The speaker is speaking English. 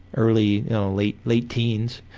early late late teens